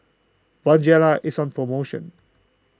Bonjela is on promotion